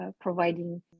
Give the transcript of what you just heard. providing